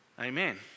Amen